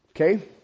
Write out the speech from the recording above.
Okay